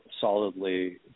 solidly